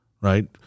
right